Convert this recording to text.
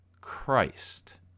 Christ